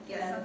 Yes